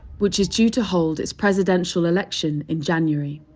which is due to hold its presidential election in january